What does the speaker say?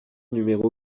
numéro